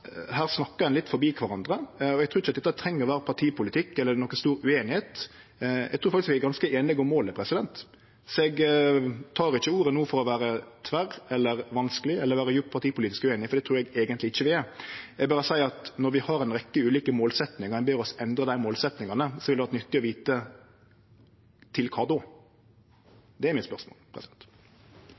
her snakkar ein litt forbi kvarandre, og eg trur ikkje det treng å vere partipolitikk eller noka stor ueinigheit her. Eg trur faktisk vi er ganske einige om målet. Så eg tek ikkje ordet no for å vere tverr eller vanskeleg eller vere djupt partipolitisk ueinig, for det trur eg eigentleg ikkje vi er. Eg berre seier at når vi har ei rekkje ulike målsetjingar og ein ber oss endre dei målsetjingane, vil det vore nyttig å vite: til kva då? Det